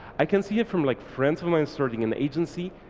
i can see it from like friends of mine starting an agency,